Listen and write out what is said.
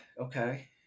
Okay